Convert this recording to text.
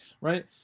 right